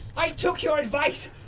i took your advice!